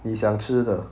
你想吃的